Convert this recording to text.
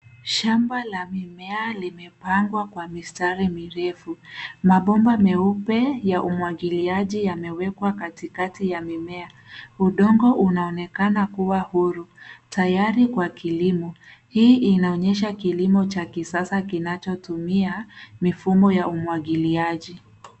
Shamba is mimea limepandwa kwa mistari mirefu. Mabomba meupe ya umwangiliaji yamewekwa katikati ya mimea. Udongo unaonekana kuwa huru tayari kwa kilimo. Hii inaonyesha kilimo cha kisasa kinachotumia mifumo ya umwangiliaji.